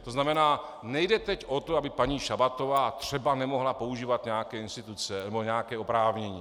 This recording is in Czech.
To znamená, nejde teď o to, aby paní Šabatová třeba nemohla používat nějaké instituce nebo nějaké oprávnění.